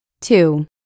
Two